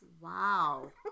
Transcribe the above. Wow